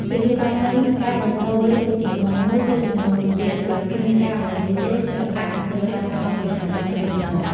ធានាបាននូវការបន្តវេនពីជំនាន់មួយទៅជំនាន់មួយទៀត បើគ្មានការបង្រៀនទេ សិល្បៈនឹងត្រូវបាត់បង់បន្តិចម្តងៗ។